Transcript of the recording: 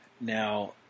Now